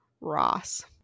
Ross